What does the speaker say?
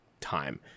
time